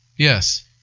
Yes